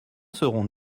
serons